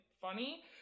funny